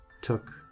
took